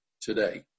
today